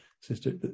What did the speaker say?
Sister